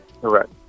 Correct